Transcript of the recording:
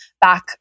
back